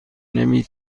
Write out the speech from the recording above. نمی